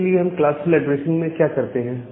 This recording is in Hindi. उसके लिए हम क्लासफुल ऐड्रेसिंग में क्या करते हैं